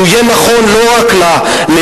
שיהיה נכון לא רק לעכשיו,